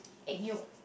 egg yolk